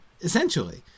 essentially